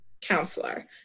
counselor